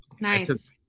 Nice